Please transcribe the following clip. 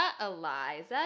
Eliza